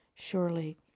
Surely